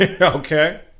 Okay